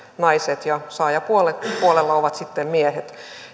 naiset ja saajapuolella ovat sitten miehet